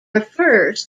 refers